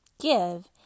Give